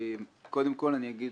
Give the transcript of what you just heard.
אני אודה